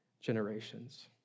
generations